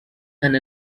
and